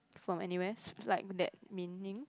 from N_U_S like that meaning